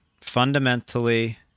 fundamentally